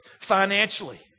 Financially